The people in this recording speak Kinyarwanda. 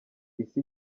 isi